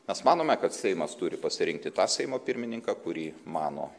mes manome kad seimas turi pasirinkti tą seimo pirmininką kurį mano